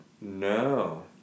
No